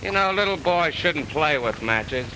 you know a little boy shouldn't play with ma